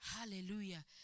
Hallelujah